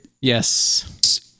Yes